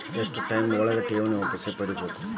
ಎಷ್ಟು ಟೈಮ್ ಒಳಗ ಠೇವಣಿ ವಾಪಸ್ ಪಡಿಬಹುದು?